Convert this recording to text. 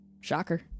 Shocker